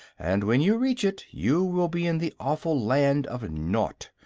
and when you reach it you will be in the awful land of naught,